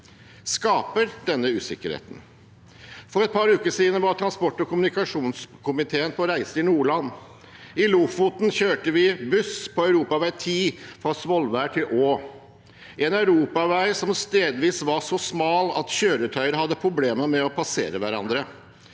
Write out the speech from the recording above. skaper denne usikkerheten. For et par uker siden var transport- og kommunikasjonskomiteen på reise i Nordland. I Lofoten kjørte vi buss på E10, fra Svolvær til Å. Det er en europavei som stedvis var så smal at kjøretøyer hadde problemer med å passere hverandre,